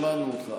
שמענו אותך.